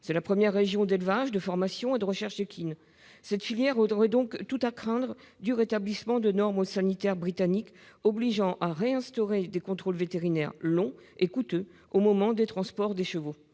C'est la première région d'élevage, de formation et de recherche équine. Cette filière aurait donc tout à craindre du rétablissement de normes sanitaires britanniques obligeant à réinstaurer des contrôles vétérinaires, longs et coûteux, au moment des transports des chevaux.